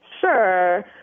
Sure